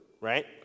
right